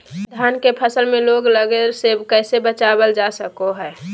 धान के फसल में रोग लगे से कैसे बचाबल जा सको हय?